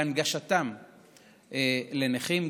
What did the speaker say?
בהנגשתם לנכים,